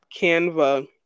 Canva